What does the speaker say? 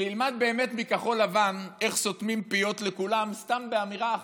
שילמד באמת מכחול לבן איך סותמים פיות לכולם סתם באמירה אחת.